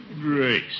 Grace